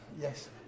Yes